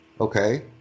Okay